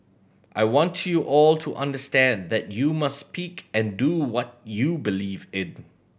I want you all to understand that you must speak and do what you believe in